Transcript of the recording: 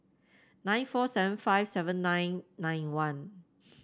eight four seven five seven nine nine one